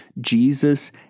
Jesus